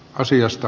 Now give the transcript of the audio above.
asioista